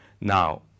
Now